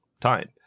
time